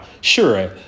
sure